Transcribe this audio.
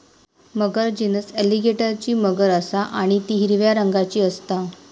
मगर genus एलीगेटरची मगर असा आणि ती हिरव्या रंगाची असता